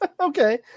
Okay